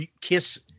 kiss